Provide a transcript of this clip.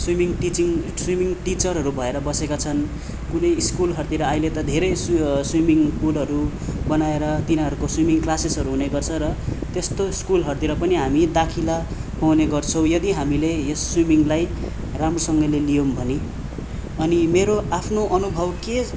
swimming teaching swimming टिचरहरू भएर बसेका छन् कुनै स्कुलहरूतिर अहिले त धेरै स्वीमिङ पुलहरू बनाएर तिनीहरूको स्वीमिङ क्लासेसहरू हुने गर्छ र त्यस्तो स्कुलहरूतिर पनि हामी दाखिला पाउने गर्छौँ यदि हामीले यस स्वीमिङलाई राम्रोसँगले लियौँ भने अनि मेरो आफ्नो अनुभव के